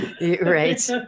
right